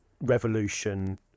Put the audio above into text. revolution